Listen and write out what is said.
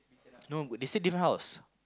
no would they stay different house